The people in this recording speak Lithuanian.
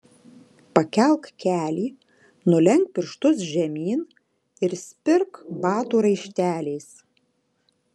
pakelk kelį nulenk pirštus žemyn ir spirk batų raišteliais